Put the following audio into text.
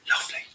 lovely